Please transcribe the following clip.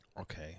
Okay